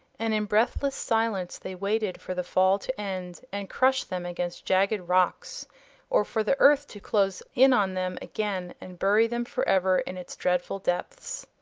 and in breathless silence they waited for the fall to end and crush them against jagged rocks or for the earth to close in on them again and bury them forever in its dreadful depths.